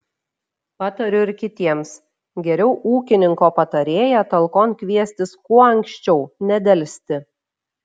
patariu ir kitiems geriau ūkininko patarėją talkon kviestis kuo anksčiau nedelsti